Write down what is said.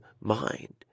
mind